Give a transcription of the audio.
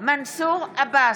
מנסור עבאס,